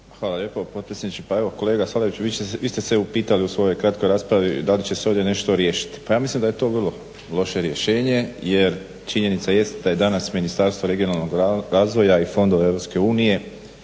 Hvala lijepo potpredsjedniče. Pa, evo kolega Salapiću vi ste se upitali u svojoj kratkoj raspravi da li će se ovdje nešto riješiti. Pa ja mislim da je to vrlo loše rješenje, jer činjenica jest da je danas Ministarstvo regionalnog razvoja i fondova EU